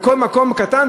בכל מקום קטן?